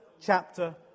chapter